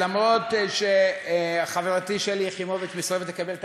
ואף שחברתי שלי יחימוביץ מסרבת לקבל את